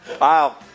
Wow